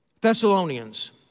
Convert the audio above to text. Thessalonians